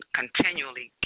continually